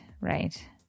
right